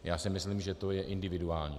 Já si myslím, že to je individuální.